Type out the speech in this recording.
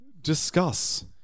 discuss